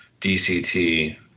DCT